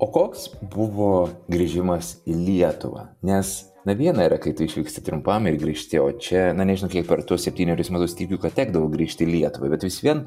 o koks buvo grįžimas į lietuvą nes na viena yra kai tu išvyksti trumpam ir grįžti o čia na nežinau kiek per tuos septynerius metus tikiu kad tekdavo grįžti į lietuvą bet vis vien